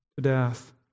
death